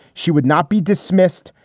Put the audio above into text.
she would not be dismissed.